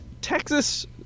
Texas